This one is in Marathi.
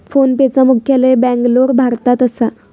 फोनपेचा मुख्यालय बॅन्गलोर, भारतात असा